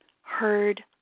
heard